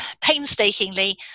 painstakingly